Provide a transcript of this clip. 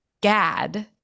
GAD